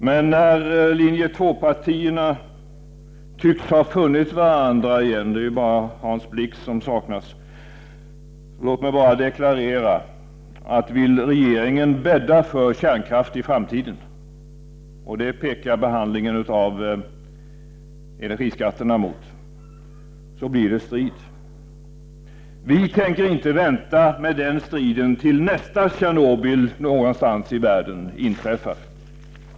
Men när Linje 2-partierna tycks ha funnit varandra igen — det är bara Hans Blix som saknas — vill jag bara deklarera, att vill regeringen bädda för kärnkraft i framtiden, och det pekar behandlingen av energiskatterna mot, blir det strid. Vi tänker inte vänta med den striden tills nästa Tjernobyl någonstans i världen inträffar.